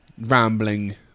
rambling